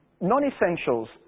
non-essentials